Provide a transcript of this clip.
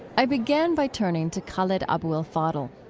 i began by turning to khaled abou el fadl.